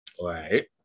Right